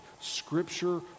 Scripture